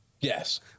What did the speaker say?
Yes